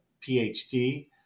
PhD